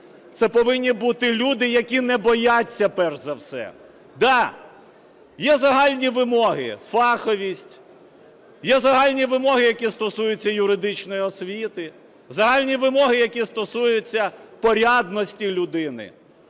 це повинні бути люди, які не бояться, перш за все. Так, є загальні вимоги – фаховість… Є загальні вимоги, які стосуються юридичної освіти. Загальні вимоги, які стосуються порядності людини.